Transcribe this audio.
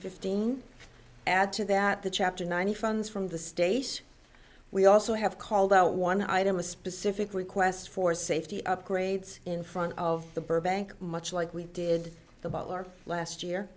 fifteen add to that the chapter ninety funds from the states we also have called out one item a specific request for safety upgrades in front of the burbank much like we did the butler last year